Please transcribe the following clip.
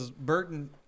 Burton